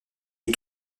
les